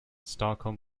stockholm